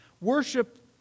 Worship